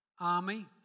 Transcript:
army